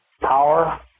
power